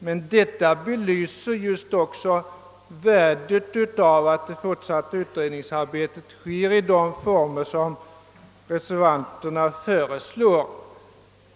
Men detta belyser just värdet av att det fortsatta utredningsarbetet sker i de former som reservanterna föreslår.